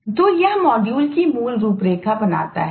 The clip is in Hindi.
तो यह मॉड्यूल की मूल रूपरेखा बनाता है